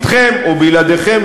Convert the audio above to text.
אתכם או בלעדיכם,